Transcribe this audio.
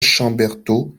chamberthaud